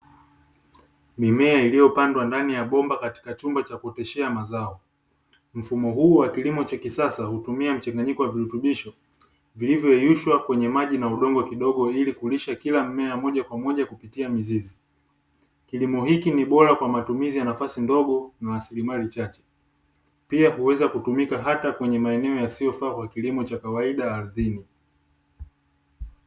Mimea iliyopandwa ndani ya bomba katika chumba cha kuoteshea mazao, mfumo huu wa kilimo cha kisasa hutumia mchanganyiko wa virutubisho, vilivyoyeyushwa kwenye maji na udongo kidogo ili kulisha kila mmea moja kwa moja kupitia mizizi. Kilimo hiki ni bora kwa matumizi ya nafasi ndogo na rasilimali chache, pia huweza kutumika hata kwenye maeneo yasiyofaa kwa kilimo cha kawaida ardhini.